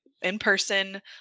in-person